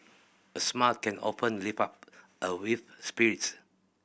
a smile can open lift up a spirit